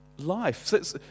life